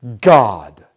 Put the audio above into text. God